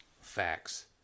facts